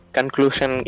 Conclusion